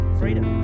freedom